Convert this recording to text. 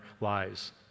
lives